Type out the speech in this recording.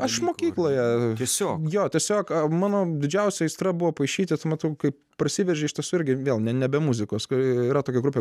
aš mokykloje tiesiog jo tiesiog mano didžiausia aistra buvo paišyti tuo metu kaip prasiveržė iš tos vėl gi nebe muzikos kuri yra tokia grupė